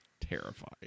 Terrified